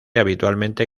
habitualmente